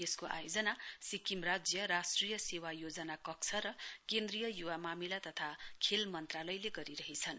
यसको आयोजना सिक्किम राज्य राष्ट्रिय सेवा योजना कक्ष र केन्द्रीय य्वा मामिला तथा खेल मन्त्रालयले गरिरहेछन्